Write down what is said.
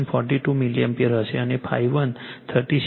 42 milliampere હશે અને 1 36